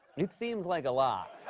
it seems like a lot.